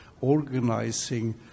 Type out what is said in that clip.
organizing